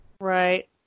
right